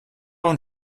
und